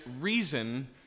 reason